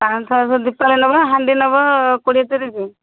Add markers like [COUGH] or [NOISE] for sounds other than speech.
[UNINTELLIGIBLE] ଦୀପାଳି ନବ ହାଣ୍ଡି ନବ କୋଡ଼ିଏ ତିରିଶି